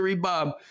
Bob